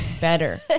better